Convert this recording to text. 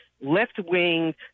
left-wing